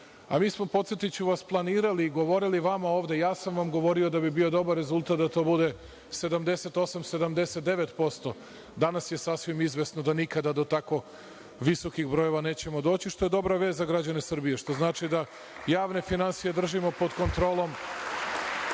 od 71,5%.Podsetiću vas, mi smo planirali, govorili vama ovde, ja sam govorio da bi bio dobar rezultat da to bude 78, 79%. Danas je sasvim izvesno da nikada do tako visokih brojeva nećemo doći, što je dobra vest za građane Srbije, što znači da javne finansije držimo pod kontrolom